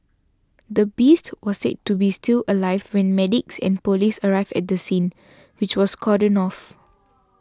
the beast was said to be still alive when medics and police arrived at the scene which was cordoned off